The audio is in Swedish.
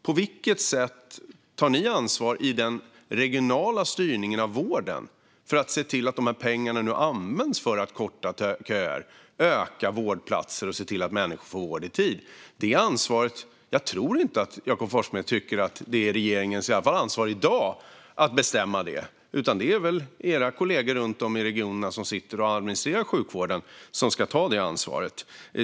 På vilket sätt tar ni ansvar, i den regionala styrningen av vården, för att se till att dessa pengar används för att korta köer och öka antalet vårdplatser så att människor får vård i tid? Jag tror inte att Jakob Forssmed tycker att det är regeringens ansvar att bestämma det. Det är väl era kollegor runt om i regionerna, som administrerar sjukvården, som ska ta det ansvaret.